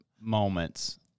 moments